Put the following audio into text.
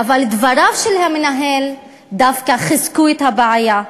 אבל דבריו של המנהל דווקא חיזקו את הבעיה.